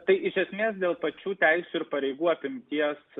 tai iš esmės dėl pačių teisių ir pareigų apimties